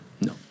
No